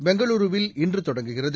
பெங்களூரவில் இன்றுதொடங்குகிறது